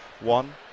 One